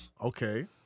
Okay